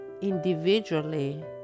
individually